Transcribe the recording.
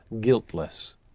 guiltless